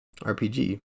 RPG